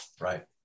Right